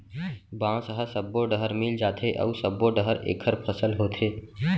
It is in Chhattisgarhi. बांस ह सब्बो डहर मिल जाथे अउ सब्बो डहर एखर फसल होथे